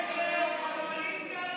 של קבוצת סיעת ישראל